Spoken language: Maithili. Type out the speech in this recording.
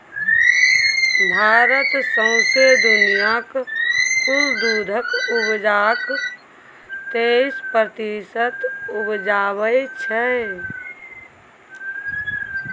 भारत सौंसे दुनियाँक कुल दुधक उपजाक तेइस प्रतिशत उपजाबै छै